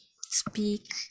speak